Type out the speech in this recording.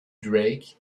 drake